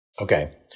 Okay